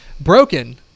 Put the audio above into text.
broken